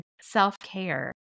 self-care